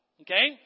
Okay